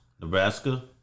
Nebraska